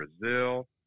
Brazil